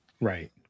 Right